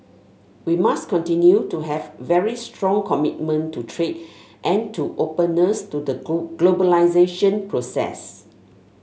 we must continue to have very strong commitment to trade and to openness to the globe globalisation process